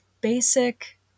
basic